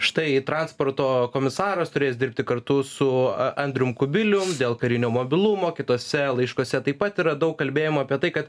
štai transporto komisaras turės dirbti kartu su a andrium kubiliuma dėl karinio mobilumo kituose laiškuose taip pat yra daug kalbėjimo apie tai kad